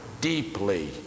deeply